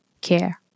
care